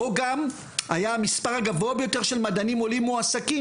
בו גם היה המספר הגבוה ביותר של מדענים עולים מועסקים,